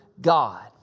God